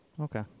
Okay